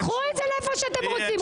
קחו את זה לאיפה שאתם רוצים.